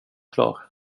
klar